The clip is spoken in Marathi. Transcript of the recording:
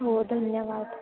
हो धन्यवाद